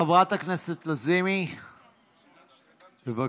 חברת הכנסת לזימי, בבקשה.